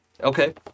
Okay